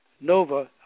Nova